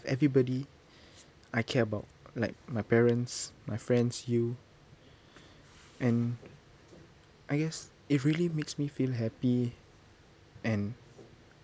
everybody I care about like my parents my friends you and I guess it really makes me feel happy and